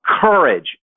courage